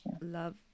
Love